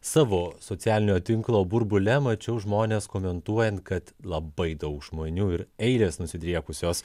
savo socialinio tinklo burbule mačiau žmones komentuojant kad labai daug žmonių ir eilės nusidriekusios